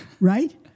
right